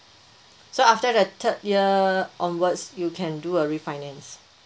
so after the third year onwards you can do a refinance